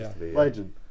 legend